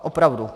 Opravdu.